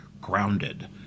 grounded